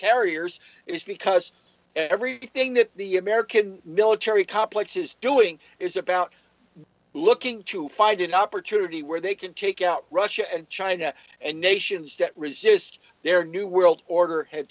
carriers is because everything that the american military complex is doing is about looking to find an opportunity where they can take out russia and china and nations that resist their new world order had